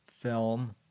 film